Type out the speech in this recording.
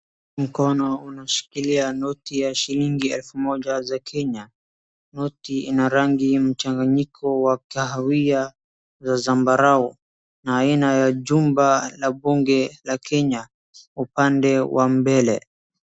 Mkono unashikilia noti ya shilingi elfu moja za Kenya. Noti ina rangi mchanganyiko wa kahawia za zambarau na aina ya jumba la bunge la Kenya upande wa mbele.